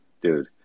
dude